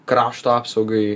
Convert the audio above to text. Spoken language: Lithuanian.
krašto apsaugai